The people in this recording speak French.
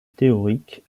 théorique